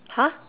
!huh!